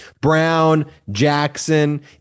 Brown-Jackson